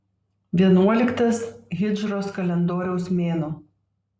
vienuoliktas hidžros kalendoriaus mėnuo